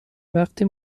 وقتی